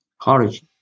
college